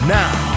now